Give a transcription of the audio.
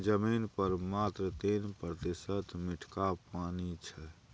जमीन पर मात्र तीन प्रतिशत मीठका पानि छै